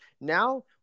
now